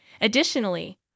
Additionally